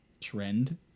trend